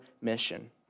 mission